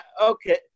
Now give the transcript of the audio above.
Okay